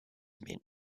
meant